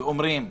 ואומרים,